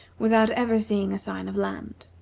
without ever seeing a sign of land.